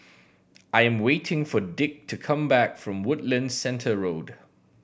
I am waiting for Dick to come back from Woodlands Centre Road